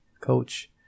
coach